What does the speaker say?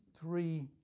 three